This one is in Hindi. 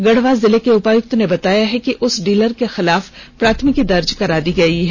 गढ़वा जिले के उपायक्त ने बताया है कि उस डीलर के खिलाफ प्राथमिकी दर्ज करा दी गई है